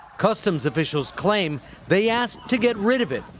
customs officials claim they asked to get rid of it,